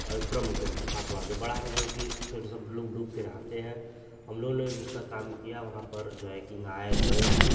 और एक ब्रह्म कुण्ड है सातवाँ जो बड़ा है जोकि उसमें ठो सब लोग डूबकर नहाते हैं हमलोगों ने भी उसका काम किया वहाँ पर जो है कि नहाए धोए